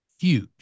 huge